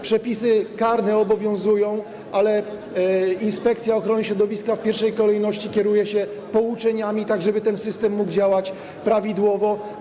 Przepisy karne obowiązują, ale Inspekcja Ochrony Środowiska w pierwszej kolejności posługuje się pouczeniami, żeby ten system mógł działać prawidłowo.